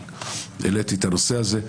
העליתי את הנושא הזה.